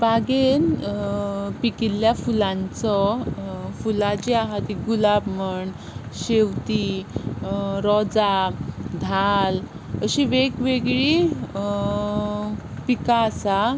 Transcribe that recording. बागेंत पिकिल्ल्या फुलांचो फुलां जीं आसा तीं गुलाब म्हण शेवतीं रोजां धाल अशीं वेगवेगळीं पिकां आसा